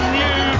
new